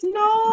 no